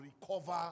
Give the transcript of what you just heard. recover